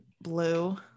blue